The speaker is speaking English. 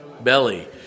Belly